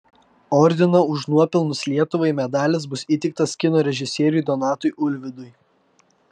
ordino už nuopelnus lietuvai medalis bus įteiktas kino režisieriui donatui ulvydui